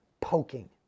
poking